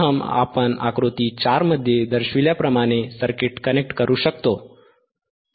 प्रथम आपण आकृती 4 मध्ये दर्शविल्याप्रमाणे सर्किट कनेक्ट करू शकतो